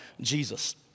Jesus